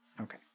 Okay